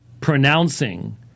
pronouncing